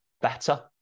better